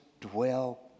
dwell